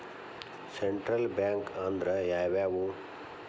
Central bank ಅಂದ್ರ ಯಾವ್ಯಾವು?